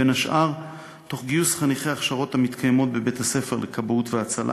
בין השאר תוך גיוס חניכי הכשרות המתקיימות בבית-הספר לכבאות והצלה,